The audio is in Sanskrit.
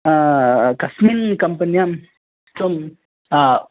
कस्मिन् कम्पेन्यां सं